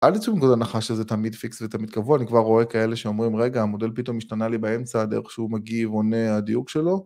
אל תצאו מנקודת הנחה שזה תמיד פיקס ותמיד קבוע אני כבר רואה כאלה שאומרים רגע המודל פתאום השתנה לי באמצע הדרך שהוא מגיב עונה הדיוק שלו